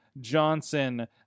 Johnson